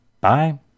Bye